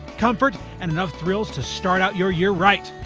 comfort, and enough thrills to start out your year right.